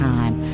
Time